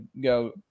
go